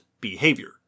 behavior